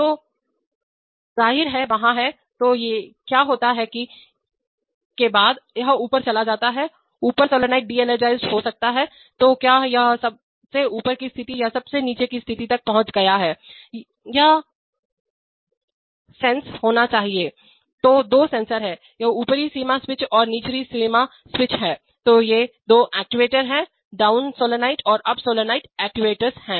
तो और जाहिर है वहाँ हैं तो क्या होता है कि के बाद यह ऊपर चला जाता है ऊपर solenoid de energized हो सकता है तो क्या यह सबसे ऊपर की स्थिति या सबसे नीचे स्थिति तक पहुँच गया है यह फ सेंस होना चाहिए तो दो सेंसर हैं यह ऊपरी सीमा स्विच और निचली सीमा स्विच है और ये दो एक्ट्यूएटर्स हैं डाउन सॉलोनॉइड और अप सॉलॉइड एक्ट्यूएटर्स हैं